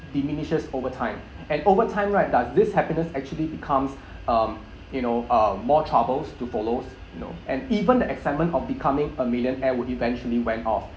diminishes over time and over time right does this happiness actually becomes um you know uh more troubles to follows you know and even the excitement of becoming a millionaire would eventually went off